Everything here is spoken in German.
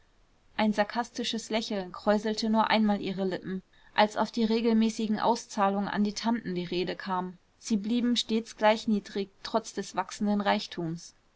ein sarkastisches lächeln kräuselte nur einmal ihre lippen als auf die regelmäßigen auszahlungen an die tanten die rede kam sie blieben stets gleich niedrig trotz des wachsenden reichtums